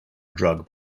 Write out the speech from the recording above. drug